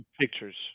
pictures